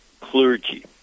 clergy